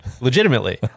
legitimately